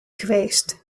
geweest